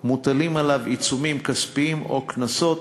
מוטלים עליו עיצומים כספיים או קנסות.